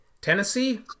Tennessee